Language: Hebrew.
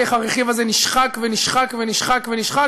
איך הרכיב הזה נשחק ונשחק ונשחק ונשחק